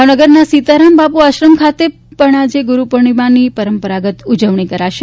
ભાવનગરના સીતારામ બાપુ આશ્રમ ખાતે પણ ગુરુપૂર્ણિમાની પરંપરાગત ઉજવણી કરાશે